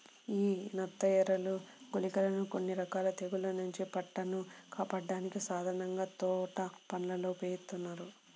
యీ నత్తఎరలు, గుళికలని కొన్ని రకాల తెగుల్ల నుంచి పంటను కాపాడ్డానికి సాధారణంగా తోటపనుల్లో ఉపయోగిత్తారు